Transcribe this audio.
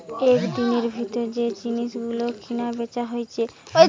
একদিনের ভিতর যে জিনিস গুলো কিনা বেচা হইছে